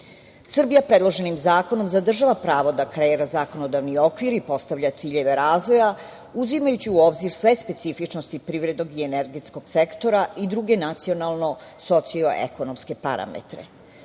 EU.Srbija predloženim zakonom zadržava pravo da kreira zakonodavni okvir i postavlja ciljeve razvoja uzimajući u obzir sve specifičnosti privrednog i energetskog sektora i druge nacionalno socio-ekonomske parametre. Procene